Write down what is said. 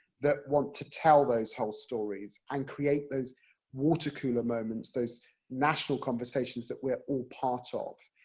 that want to tell those whole stories, and create those watercooler moments, those national conversations that we're all part of.